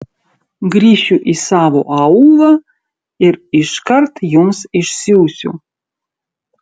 grįšiu į savo aūlą ir iškart jums išsiųsiu